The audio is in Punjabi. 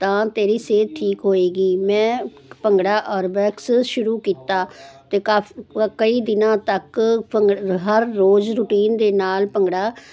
ਹੋਵੇਗੀ ਮੈ ਭੰਗੜਾ ਔਰਬੈਕਸ ਸ਼ੁਰੂ ਕੀਤਾ ਤੇ ਕਈ ਦਿਨਾਂ ਤੱਕ ਹਰ ਰੋਜ਼ ਰੂਟੀਨ ਦੇ ਨਾਲ ਭੰਗੜਾ ਕਰਦੀ